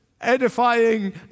edifying